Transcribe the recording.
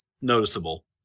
noticeable